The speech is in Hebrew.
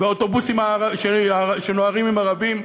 ואוטובוסים שנוהרים עם ערבים,